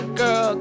girl